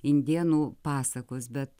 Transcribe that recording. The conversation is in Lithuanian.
indėnų pasakos bet